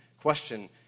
question